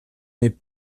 mes